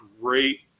great